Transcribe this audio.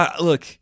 look